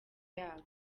yabo